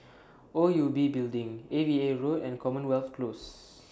O U B Building A V A Road and Commonwealth Close